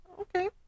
Okay